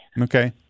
Okay